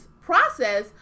process